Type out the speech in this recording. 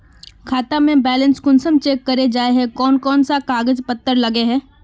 खाता में बैलेंस कुंसम चेक करे जाय है कोन कोन सा कागज पत्र लगे है?